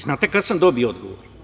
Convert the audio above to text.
Znate li kada sam dobio odgovor?